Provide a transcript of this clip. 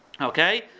okay